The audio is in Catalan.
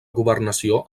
governació